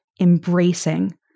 embracing